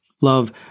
Love